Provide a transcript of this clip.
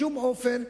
בשום אופן,